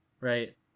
right